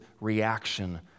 reaction